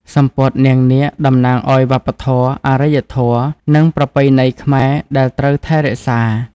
សំពត់នាងនាគតំណាងឲ្យវប្បធម៌ អរិយធម៌ និងប្រពៃណីខ្មែរដែលត្រូវថែរក្សា។